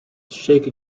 shake